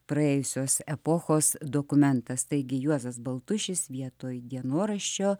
praėjusios epochos dokumentas taigi juozas baltušis vietoj dienoraščio